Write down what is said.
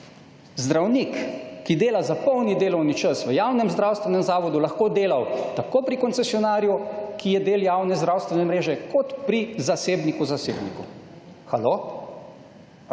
zdravnik, ki dela za polni delovni čas v javnem zdravstvenem zavodu, lahko delal tako pri koncesionarju, ki je del javne zdravstvene mreže, kot pri zasebniku zasebniku. Halo?